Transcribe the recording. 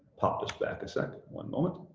pop this back a sec, one moment.